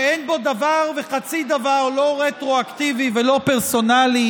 שאין בו דבר וחצי דבר לא רטרואקטיבי ולא פרסונלי,